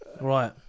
Right